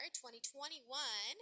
2021